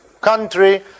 country